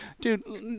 Dude